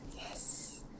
Yes